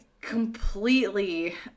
completely